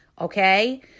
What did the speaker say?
Okay